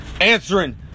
answering